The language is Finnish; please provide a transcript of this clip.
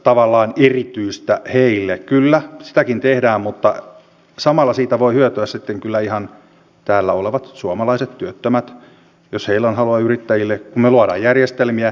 myös tässä sosiaali ja terveysministeriön pääluokan kohdalla valtiovarainvaliokunta on mietinnössään pohtinut suomalaisen kliinisen lääketieteen tutkimuksen kansainvälisesti huippuluokkaa olevaa vaikuttavuutta ja sen vaatimia edellytyksiä